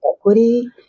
equity